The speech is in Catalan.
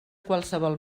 qualsevol